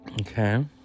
Okay